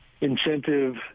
incentive